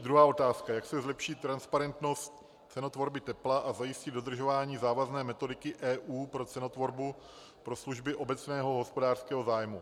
Druhá otázka: Jak se zlepší transparentnost cenotvorby tepla a zajistí dodržování závazné metodiky EÚ pro cenotvorbu pro služby obecného hospodářského zájmu?